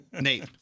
Nate